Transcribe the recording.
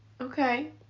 Okay